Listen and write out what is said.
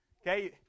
Okay